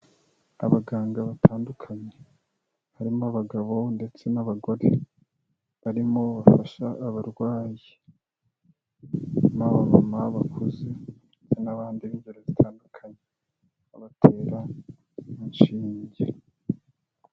Abaganga batandukanye, harimo abagabo ndetse n'abagore, barimo bafasha abarwayi, abamama bakuze, n'abandi b'ingeri zitandukanye, babatera inshinge.